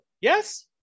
Yes